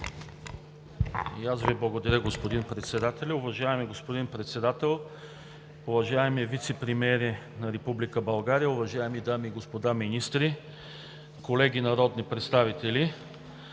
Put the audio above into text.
аз Ви благодаря, господин Председателю. Уважаеми господин Председател, уважаеми вицепремиери на Република България, уважаеми дами и господа министри, колеги народни представители!